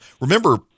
Remember